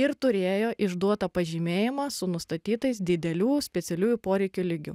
ir turėjo išduotą pažymėjimą su nustatytais didelių specialiųjų poreikių lygiu